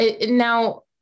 now